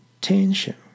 Tension